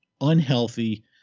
unhealthy